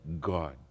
God